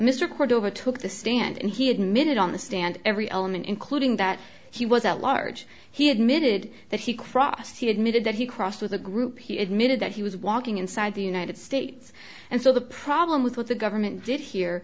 mr cordova took the stand and he admitted on the stand every element including that he was at large he admitted that he crossed he admitted that he crossed with a group he admitted that he was walking inside the united states and so the problem with what the government did here